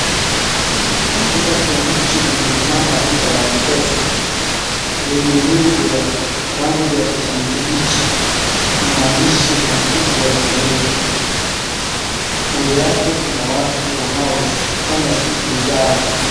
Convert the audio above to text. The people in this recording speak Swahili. Katikati ya mji limesimama duka la Mpesa, lenye nembo ya rangi ya kijana kibichi na maandishi makubwa meupe kando yake kuna watu wanaofanya shughuli zao.